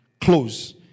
close